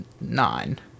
nine